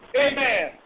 Amen